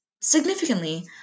Significantly